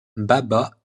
baba